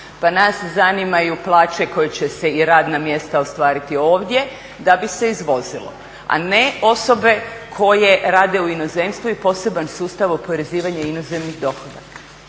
Pa nas zanimaju plaće i radna mjesta koja će se ostvariti ovdje da bi se izvozilo, a ne osobe koje rade u inozemstvu i poseban sustav oporezivanja inozemnih dohodaka.